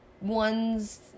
ones